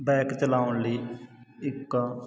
bike ਚਲਾਉਣ ਲਈ ਇੱਕ